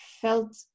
felt